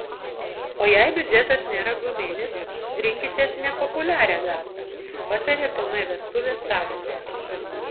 o jei biudžetas nėra guminis rinkitės nepopuliarią datą pataria km vestuvės savininkė